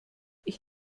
ich